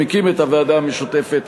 שמקים את הוועדה המשותפת,